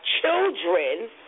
children